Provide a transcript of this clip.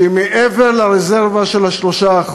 שהיא מעבר לרזרבה של ה-3%,